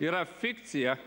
yra fikcija